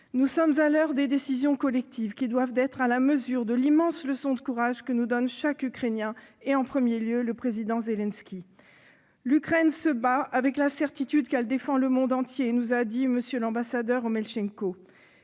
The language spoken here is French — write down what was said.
Nous sommes à l'heure des décisions collectives, qui doivent être à la mesure de l'immense leçon de courage que nous donne chaque Ukrainien, et en premier lieu le président Zelensky. « L'Ukraine se bat avec la certitude qu'elle défend le monde entier », nous a dit M. l'ambassadeur Vadym Omelchenko.